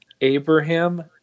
Abraham